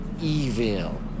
Evil